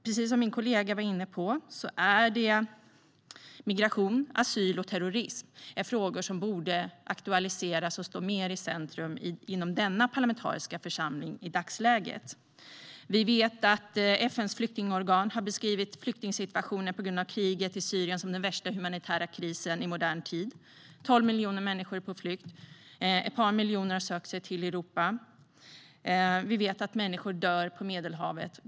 Precis som min kollega var inne på är migration, asyl och terrorism frågor som borde aktualiseras och stå mer i centrum inom denna parlamentariska församling i dagsläget. Vi vet att FN:s flyktingorgan har beskrivit flyktingsituationen på grund av kriget i Syrien som den värsta humanitära krisen i modern tid. 12 miljoner människor är på flykt. Ett par miljoner har sökt sig till Europa. Vi vet att människor dör på Medelhavet.